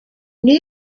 new